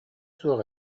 суох